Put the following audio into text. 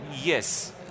Yes